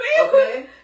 okay